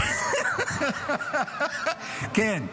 כן.